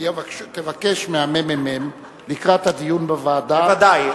תבקש מהממ"מ, לקראת הדיון בוועדה, בוודאי.